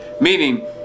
Meaning